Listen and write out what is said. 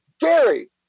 Gary